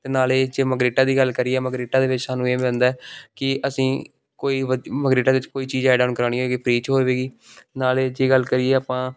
ਅਤੇ ਨਾਲੇ ਜੇ ਮਗਰੇਟਾ ਦੀ ਗੱਲ ਕਰੀਏ ਮਗਰੇਟਾ ਦੇ ਵਿੱਚ ਸਾਨੂੰ ਇਹ ਮਿਲਦਾ ਕਿ ਅਸੀਂ ਕੋਈ ਵਧ ਮਗਰੇਟਾ ਦੇ ਵਿੱਚ ਕੋਈ ਚੀਜ਼ ਐਡ ਓਨ ਕਰਾਉਣੀ ਹੈਗੀ ਉਹ ਫ੍ਰੀ 'ਚ ਹੋਵੇਗੀ ਨਾਲੇ ਜੇ ਗੱਲ ਕਰੀਏ ਆਪਾਂ